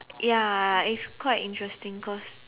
ya it's quite interesting because